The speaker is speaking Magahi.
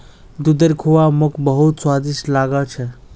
दूधेर खुआ मोक बहुत स्वादिष्ट लाग छ